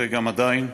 וגם עדיין.